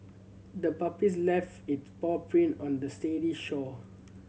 the puppies left its paw print on the shore